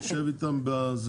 תשב איתם.